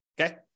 okay